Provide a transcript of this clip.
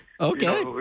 Okay